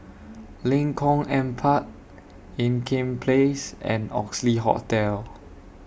Lengkong Empat Ean Kiam Place and Oxley Hotel